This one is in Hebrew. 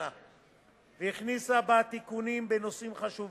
בעניינה והכניסה בה תיקונים בנושאים חשובים.